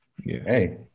Hey